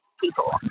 people